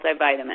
multivitamin